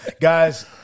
guys